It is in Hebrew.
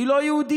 היא לא יהודייה,